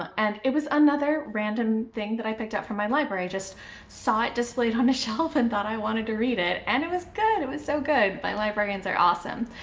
and it was another random thing that i picked up from my library. i just saw it displayed on a shelf and thought i wanted to read it. and it was good. it was so good. my librarians are awesome.